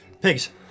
Pigs